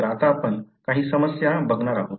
तर आता आपण काही समस्या बघणार आहोत